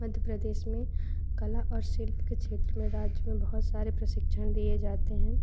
मध्य प्रदेश में कला और शिल्प के क्षेत्र में राज्य में बहुत सारे प्रशिक्षण दिए जाते हैं